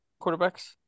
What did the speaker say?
quarterbacks